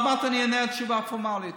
עוד מעט אני אענה תשובה פורמלית.